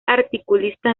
articulista